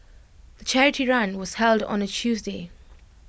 the charity run was held on A Tuesday